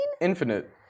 Infinite